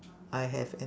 I have an